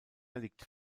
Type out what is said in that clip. liegt